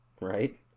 right